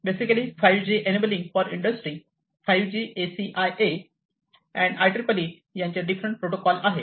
basically 5G enabling for industry 5G ACIA and IEEE यांचे different protocol आहे